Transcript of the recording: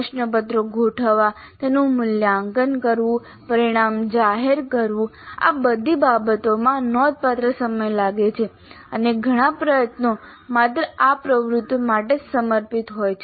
પ્રશ્નપત્રો ગોઠવવા તેનું મૂલ્યાંકન કરવું પરિણામ જાહેર કરવું આ બધી બાબતોમાં નોંધપાત્ર સમય લાગે છે અને ઘણા પ્રયત્નો માત્ર આ પ્રવૃત્તિઓ માટે જ સમર્પિત હોય છે